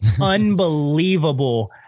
unbelievable